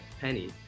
penny